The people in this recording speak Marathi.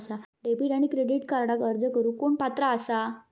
डेबिट आणि क्रेडिट कार्डक अर्ज करुक कोण पात्र आसा?